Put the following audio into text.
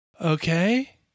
Okay